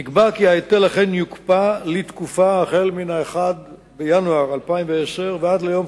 נקבע כי ההיטל אכן יוקפא לתקופה שמ-1 בינואר 2010 עד 15